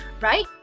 Right